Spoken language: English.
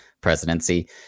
presidency